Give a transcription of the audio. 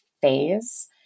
phase